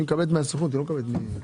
היא מקבלת מהסוכנות, היא לא מקבלת מתורמים.